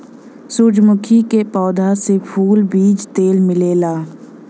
सूरजमुखी के पौधा से फूल, बीज तेल मिलेला